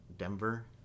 Denver